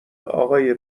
آقای